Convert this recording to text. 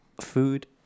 food